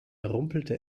rumpelte